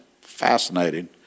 fascinating